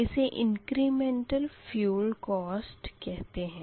इसे incremental fuel cost कहते है